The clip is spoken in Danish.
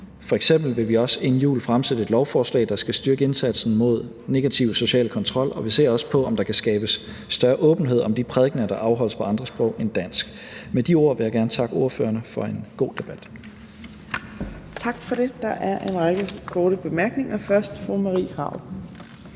F.eks. vil vi også inden jul fremsætte et lovforslag, der skal styrke indsatsen mod negativ social kontrol, og vi ser også på, om der kan skabes større åbenhed om de prædikener, der afholdes på andre sprog end dansk. Med de ord vil jeg gerne takke ordførerne for en god debat. Kl. 15:44 Fjerde næstformand (Trine Torp): Tak for det.